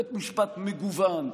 בית משפט מגוון,